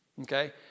okay